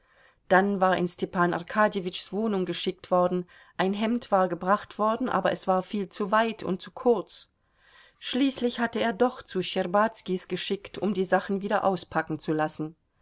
dann war in stepan arkadjewitschs wohnung geschickt worden ein hemd war gebracht worden aber es war viel zu weit und zu kurz schließlich hatte er doch zu schtscherbazkis geschickt um die sachen wieder auspacken zu lassen